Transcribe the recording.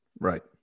Right